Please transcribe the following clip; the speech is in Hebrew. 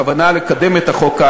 הכוונה כאן היא לקדם את החוק,